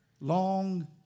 long